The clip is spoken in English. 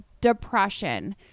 depression